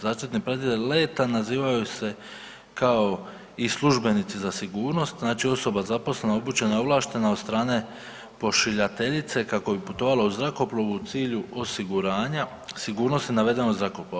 Zaštitni pratitelj leta nazivaju se kao i službenici za sigurnost, znači osoba zaposlena, obučena, ovlaštena od strane pošiljateljice kako bi putovala u zrakoplovu u cilju osiguranja sigurnosti navedenog zrakoplova.